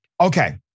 Okay